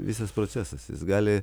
visas procesas jis gali